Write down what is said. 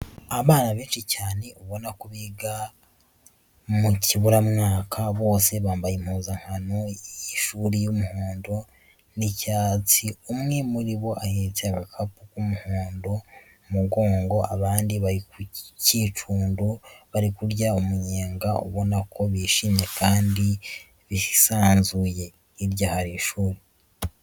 Abana benshi cyane ubona ko biga mu kiburamwaka, bose bambaye impuzankano y'ishuri y'umuhondo n'icyatsi, umwe muri bo ahetse agakapu k'umuhondo mu mugongo, abandi bari ku cyicundo bari kurya umunyenga ubona ko bishimye kandi bisanzuye. Hirya hari ishuri.